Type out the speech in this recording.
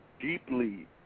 deeply